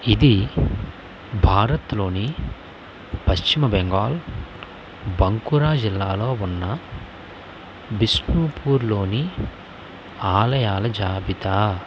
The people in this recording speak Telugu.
ఇది భారత్లోని పశ్చిమ బెంగాల్ బంకురా జిల్లాలో ఉన్న బిష్ణుపూర్లోని ఆలయాల జాబితా